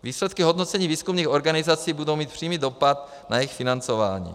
Výsledky hodnocení výzkumných organizací budou mít přímý dopad na jejich financování.